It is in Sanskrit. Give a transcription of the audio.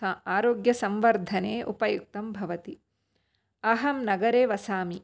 आरोग्यसंवर्धने उपयुक्तं भवति अहं नगरे वसामि